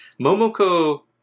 Momoko